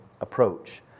approach